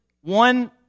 one